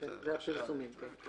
לפי פרסומים, כן.